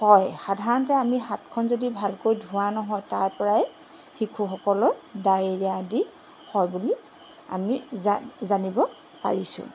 হয় সাধাৰণতে আমি হাতখন যদি ভালকৈ ধোৱা নহয় তাৰপৰাই শিশুসকলৰ ডায়েৰীয়া আদি হয় বুলি আমি জানিব পাৰিছোঁ